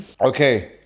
Okay